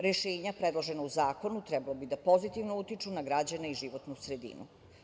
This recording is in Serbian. Rešenja predložena u zakonu trebalo bi da pozitivno utiču na građane i životnu sredinu.